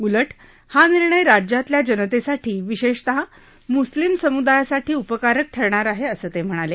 उलट हा निर्णय राज्यातल्या जनतेसाठी विशेषतः मुस्लीम समुदायासाठी उपकारक ठरणार आहे असं ते म्हणाले